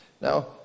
Now